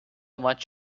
much